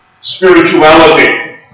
Spirituality